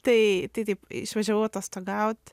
tai tai taip išvažiavau atostogaut